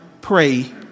pray